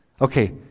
Okay